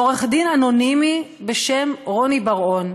עורך-דין אנונימי בשם רוני בר-און.